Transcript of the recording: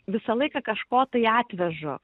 visą laiką kažko tai atvežu